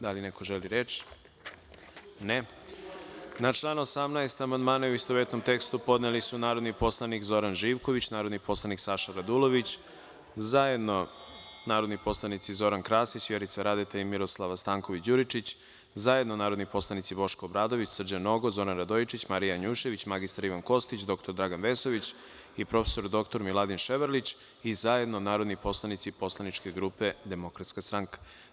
Da li neko želi reč? (Ne) Na član 18. amandmane, u istovetnom tekstu, podneli su narodni poslanik Zoran Živković, narodni poslanik Saša Radulović, zajedno narodni poslanici Zoran Krasić, Vjerica Radeta i Miroslava Stanković Đuričić, zajedno narodni poslanici Boško Obradović, Srđan Nogo, Zoran Radojičić, Marija Janjušević, mr Ivan Kostić, dr Dragan Vesović i prof. dr Miladin Ševarlić i zajedno narodni poslanici Poslaničke grupe Demokratska stranka.